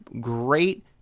great